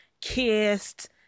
kissed